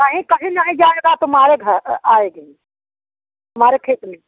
नहीं कहीं नहीं जाएगा तुम्हारे घर आए दिन हमारे खेत में